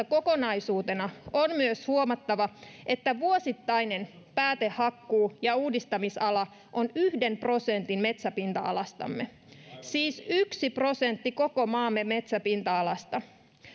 kokonaisuutena tarkasteltaessa on myös huomattava että vuosittainen päätehakkuu ja uudistamisala on yhden prosentin metsäpinta alastamme siis yksi prosentti koko maamme metsäpinta alasta